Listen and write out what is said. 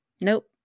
Nope